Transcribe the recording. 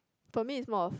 for me is more of